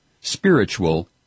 spiritual